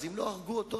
אז אם לא הרגו אותו,